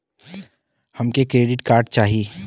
हमके credit card चाही